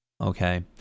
okay